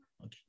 Okay